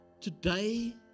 Today